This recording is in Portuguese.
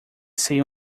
sei